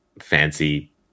fancy